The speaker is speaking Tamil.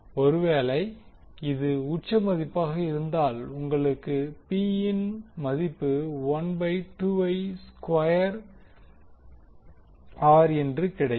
ஒருவேளை இது உச்ச மதிப்பாக இருந்தால் உங்களுக்கு P ன் மதிப்பு 1 பை 2 I ஸ்கொயர் R என்று கிடைக்கும்